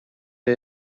گیر